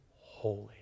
holy